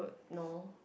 no